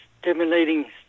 Stimulating